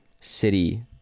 City